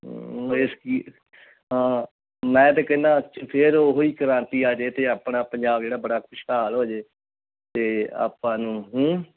ਇਹ ਸਕੀ ਹਾਂ ਮੈਂ ਤਾਂ ਕਹਿੰਦਾ ਫਿਰ ਉਹੀ ਕ੍ਰਾਂਤੀ ਆ ਜੇ ਅਤੇ ਆਪਣਾ ਪੰਜਾਬ ਜਿਹੜਾ ਬੜਾ ਖੁਸ਼ਹਾਲ ਹੋ ਜੇ ਅਤੇ ਆਪਾਂ ਨੂੰ